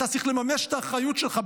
אתה צריך לממש את האחריות שלך,